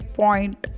point